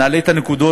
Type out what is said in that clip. נעלה את הנקודות,